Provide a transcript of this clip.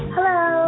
Hello